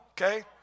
okay